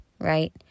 Right